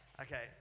Okay